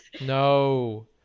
no